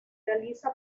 realiza